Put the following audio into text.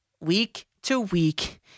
week-to-week